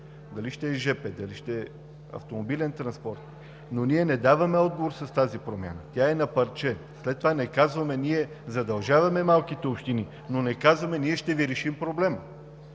железопътен, дали ще е автомобилен, но ние не даваме отговор с тази промяна, тя е на парче. След това не казваме: „Ние задължаваме малките общини“, но не казваме и: „Ние ще Ви решим проблема“.